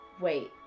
wait